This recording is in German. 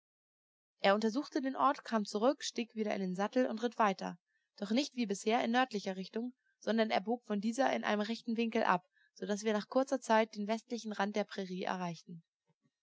er untersuchte den ort kam zurück stieg wieder in den sattel und ritt weiter doch nicht wie bisher in nördlicher richtung sondern er bog von dieser in einem rechten winkel ab so daß wir nach kurzer zeit den westlichen rand der prairie erreichten